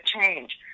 change